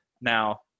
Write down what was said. Now